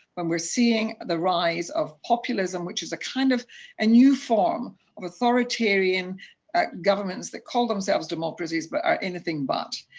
when we're seeing the rise of populism, which is a kind of a new form of authoritarian governments that call themselves democracies but are anything but,